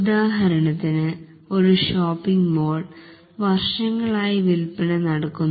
ഉദാഹരണത്തിന് ഒരു shopping mall വർഷങ്ങളായി വിൽപന നടക്കുന്നു